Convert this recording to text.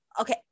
Okay